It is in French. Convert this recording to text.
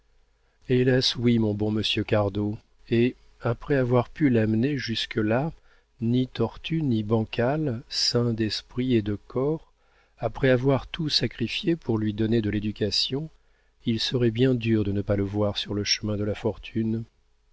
hélas oui mon bon monsieur cardot et après avoir pu l'amener jusque-là ni tortu ni bancal sain d'esprit et de corps après avoir tout sacrifié pour lui donner de l'éducation il serait bien dur de ne pas le voir sur le chemin de la fortune